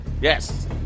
Yes